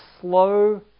slow